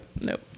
Nope